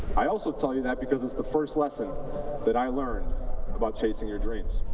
i also tell you that, because that's the first lesson that i learned about chasing your dreams.